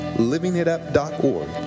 Livingitup.org